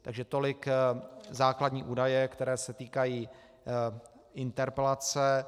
Takže tolik základní údaje, které se týkají interpelace.